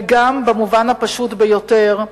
וגם במובן הפשוט ביותר,